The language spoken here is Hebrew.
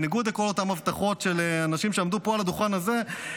בניגוד לכל אותן הבטחות של האנשים שעמדו פה על הדוכן הזה,